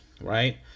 right